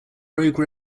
rogue